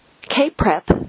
K-Prep